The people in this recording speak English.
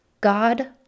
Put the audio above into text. God